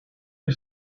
you